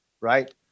right